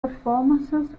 performances